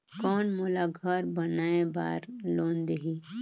कौन मोला घर बनाय बार लोन देही?